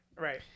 right